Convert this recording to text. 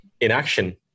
inaction